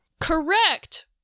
Correct